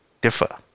differ